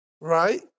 right